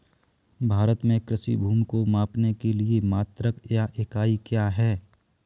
भारत में कृषि भूमि को मापने के लिए मात्रक या इकाई क्या है?